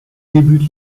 débute